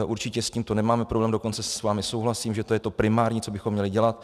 Určitě s tímto nemáme problém, dokonce s vámi souhlasím, že to je to primární, co bychom měli dělat.